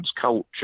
culture